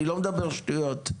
אני לא מדבר שטויות.